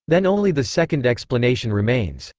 then only the second explanation remains.